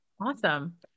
Awesome